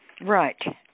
Right